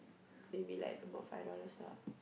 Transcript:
maybe like about five dollars lah